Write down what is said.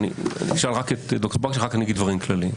אשאל את ד"ר בקשי ואחר כך אגיד דברים כלליים.